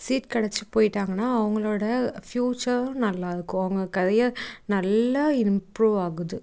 seat கெடைச்சி போய்விட்டாங்கன்னா அவங்களோட ஃப்யூச்சரும் நல்லா இருக்கும் அவங்க கரியர் நல்லா இம்ப்ரூவ் ஆகுது